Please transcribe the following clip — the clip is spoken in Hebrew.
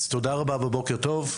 אז תודה רבה ובוקר טוב.